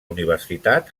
universitat